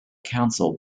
council